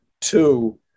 Two